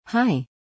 Hi